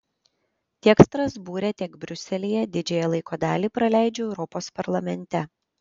tiek strasbūre tiek briuselyje didžiąją laiko dalį praleidžiu europos parlamente